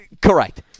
Correct